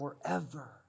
forever